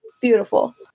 beautiful